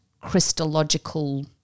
Christological